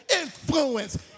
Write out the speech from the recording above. influence